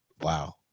Wow